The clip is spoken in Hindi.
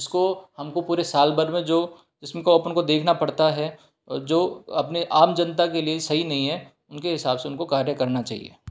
जिसको हमको पूरे साल भर में जो जिसमें को हमको देखना पड़ता है जो अपने आम जनता के लिए सही नहीं है उनके हिसाब से उनको कार्य करना चाहिए